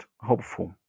hopeful